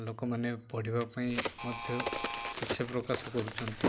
ଲୋକମାନେ ପଢ଼ିବା ପାଇଁ ମଧ୍ୟ ଇଚ୍ଛା ପ୍ରକାଶ କରୁଛନ୍ତି